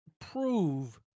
prove